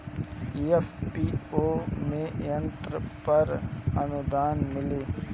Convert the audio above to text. FPO में यंत्र पर आनुदान मिँली?